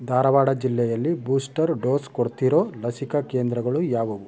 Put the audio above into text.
ಧಾರವಾಡ ಜಿಲ್ಲೆಯಲ್ಲಿ booster dose ಕೊಡ್ತಿರೋ ಲಸಿಕಾ ಕೇಂದ್ರಗಳು ಯಾವುವು